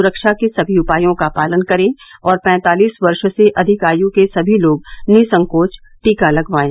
सुरक्षा के सभी उपायों का पालन करें और पैंतालीस वर्ष से अधिक आयु के सभी लोग निःसंकोच टीका लगवाएं